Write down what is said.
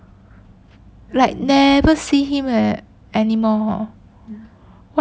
like never see him eh anymore hor